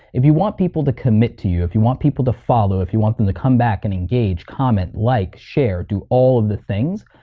if you want people to commit to you, if you want people to follow, if you want them to come back and engage, comment, like, share, do all of the things,